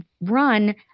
run